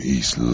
East